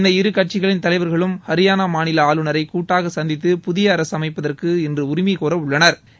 இந்த இரு கட்சிகளின் தலைவர்களும் ஹரியானா மாநில ஆளுநரை கூட்டாக சந்தித்து புதிய அரசு அமைப்பதற்கு இன்று உரிமை கோர உள்ளனா்